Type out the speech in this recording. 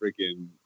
freaking